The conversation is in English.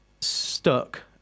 stuck